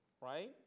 right